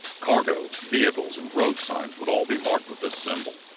cargo, vehicles, and road signs would all be marked with this symbol.